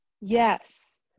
yes